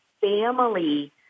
family